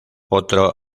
otro